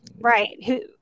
Right